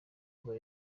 kuba